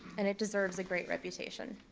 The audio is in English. and it deserves a great reputation.